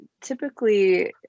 Typically